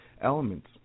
elements